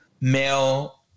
Male